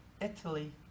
Italy